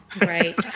Right